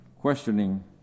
Questioning